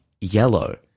yellow